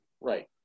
Right